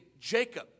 Jacob